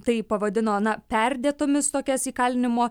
tai pavadino na perdėtomis tokias įkalinimo